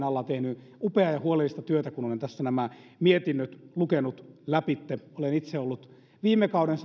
alla tehneet upeaa ja huolellista työtä kun olen tässä nämä mietinnöt lukenut läpitte itse viime kauden